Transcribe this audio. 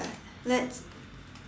uh let's